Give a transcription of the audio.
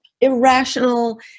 irrational